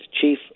chief